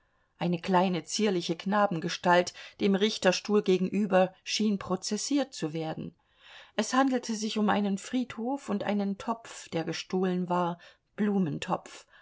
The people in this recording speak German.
eine kleine zierliche knabengestalt dem richterstuhl gegenüber schien prozessiert zu werden es handelte sich um einen friedhof und einen topf der gestohlen war blumentopf